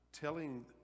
telling